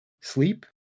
sleep